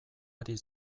ari